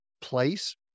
place